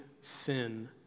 sin